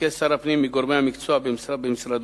ביקש שר הפנים מגורמי המקצוע במשרדו